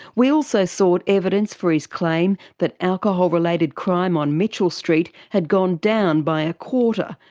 we also sought evidence for his claim that alcohol related crime on mitchell street had gone down by a quarter,